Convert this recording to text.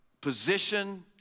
position